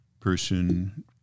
person